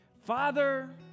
Father